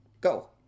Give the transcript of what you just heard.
Go